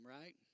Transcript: right